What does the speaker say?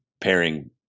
pairing